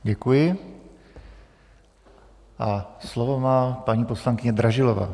Děkuji a slovo má paní poslankyně Dražilová.